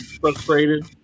frustrated